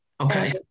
okay